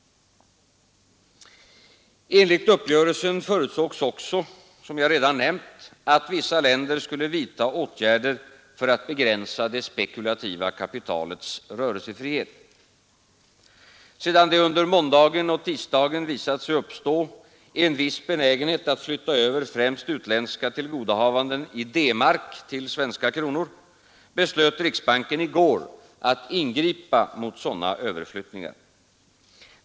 Enligt uppgörelsen förutsågs också, som jag redan nämnt, att vissa länder skulle vidta åtgärder för att begränsa det spekulativa kapitalets rörelsefrihet. Sedan det under måndagen och tisdagen visat sig uppstå en viss benägenhet att flytta över främst utländska tillgodohavanden i D-mark till svenska kronor, beslöt riksbanken i går att ingripa mot sådana överflyttningar.